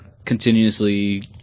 continuously